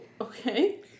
okay